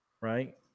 Right